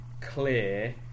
clear